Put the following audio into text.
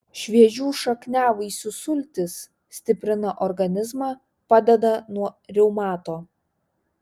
šviežių šakniavaisių sultys stiprina organizmą padeda nuo reumato